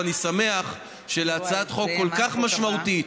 ואני שמח שלהצעת חוק כל כך משמעותית,